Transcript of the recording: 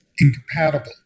incompatible